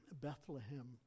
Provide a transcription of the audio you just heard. Bethlehem